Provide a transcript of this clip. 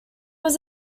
was